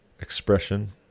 expression